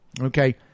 Okay